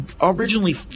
Originally